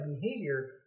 behavior